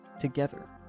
together